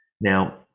Now